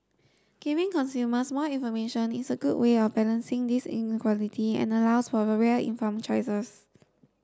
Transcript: giving consumers more information is a good way of balancing this inequality and allows for real informed choices